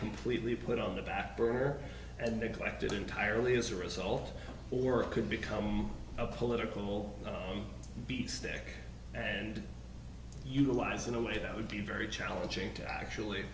completely put on the back burner and neglected entirely as a result or it could become a political beat stick and utilize in a way that would be very challenging to actually